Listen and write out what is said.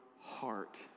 heart